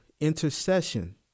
intercession